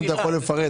אם אתה יכול לפרט.